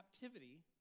captivity